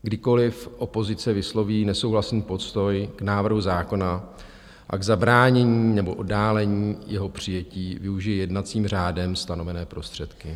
Kdykoliv opozice vysloví nesouhlasný postoj k návrhu zákona a k zabránění nebo oddálení jeho přijetí, využije jednacím řádem stanovené prostředky.